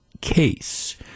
case